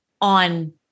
on